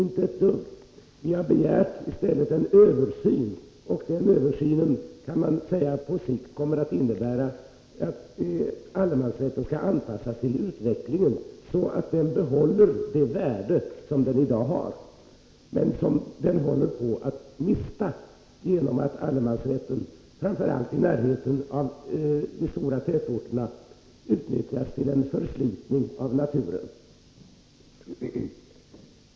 Det står inte ett dugg om detta. Vi har i stället begärt en översyn, och man kan säga att den på sikt kommer att innebära att allemansrätten skall anpassas till utvecklingen, så att den behåller det värde som den i dag har — men som den håller på att mista genom att allemansrätten, framför allt i närheten av de stora tätorterna, utnyttjas till en förslitning av naturen.